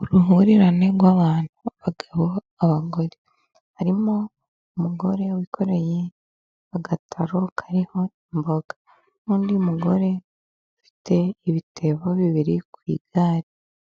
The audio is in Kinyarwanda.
Uruhurirane rw'abantu , abagabo, abagore. Harimo umugore wikoreye agataro kariho imboga. N'undi mugore ufite ibitebo bibiri biri ku igare.